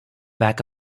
back